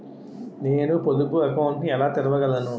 నేను పొదుపు అకౌంట్ను ఎలా తెరవగలను?